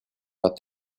but